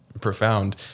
profound